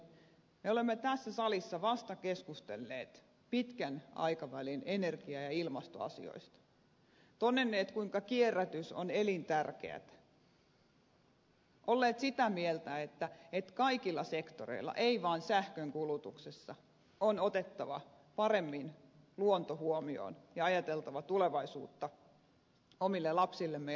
me olemme tässä salissa vasta keskustelleet pitkän aikavälin energia ja ilmastoasioista todenneet kuinka kierrätys on elintärkeätä olleet sitä mieltä että kaikilla sektoreilla ei vain sähkön kulutuksessa on otettava paremmin luonto huomioon ja ajateltava tulevaisuutta omille lapsillemme ja lapsenlapsillemme